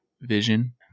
vision